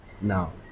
Now